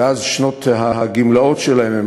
ואז שנות הגמלאות שלהם,